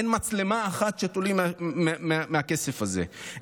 אין מצלמה אחת שתולים מהכסף הזה.